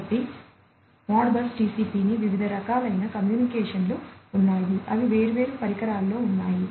కాబట్టి Modbus TCP కి వివిధ రకాలైన కమ్యూనికేషన్లు ఉన్నాయి అవి వేర్వేరు పరికరాల్లో ఉన్నాయి